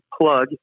Plug